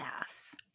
ass